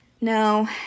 no